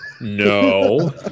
No